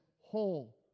whole